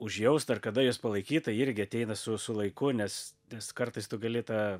užjaust ar kada juos palaikyt tai irgi ateina su su laiku nes nes kartais tu gali tą